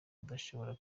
adashobora